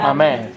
Amen